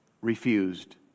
refused